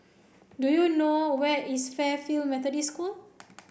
do you know where is Fairfield Methodist School